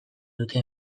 dute